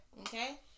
Okay